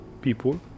people